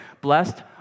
Blessed